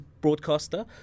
broadcaster